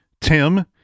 Tim